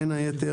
בין היתר,